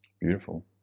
Beautiful